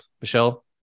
Michelle